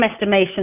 estimation